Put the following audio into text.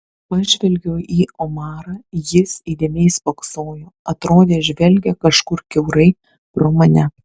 pažvelgiau į omarą jis įdėmiai spoksojo atrodė žvelgia kažkur kiaurai pro mane